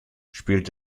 spielt